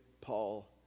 Paul